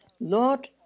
Lord